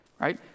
right